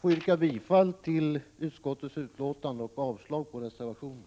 få yrka bifall till utskottets hemställan och avslag på reservationen.